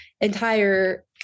entire